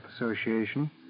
Association